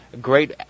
great